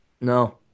No